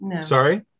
Sorry